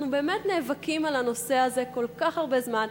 אנחנו באמת נאבקים על הנושא הזה כל כך הרבה זמן,